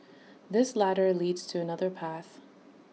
this ladder leads to another path